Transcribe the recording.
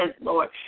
Lord